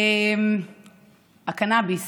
הקנביס